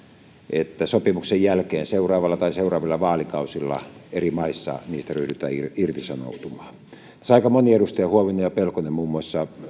että sopimuksen jälkeen seuraavalla tai seuraavilla vaalikausilla eri maissa niistä ryhdytään irtisanoutumaan tässä aika moni edustaja huovinen ja pelkonen muun muassa